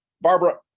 Barbara